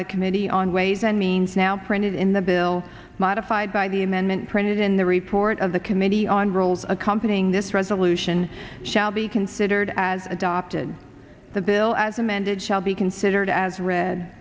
the committee on ways and means now printed in the bill modified by the amendment printed in the report of the committee on roles accompanying this resolution shall be considered as adopted the bill as amended shall be considered as read